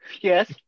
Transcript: Yes